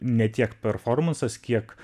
ne tiek performansas kiek